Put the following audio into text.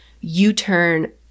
u-turn